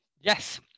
Yes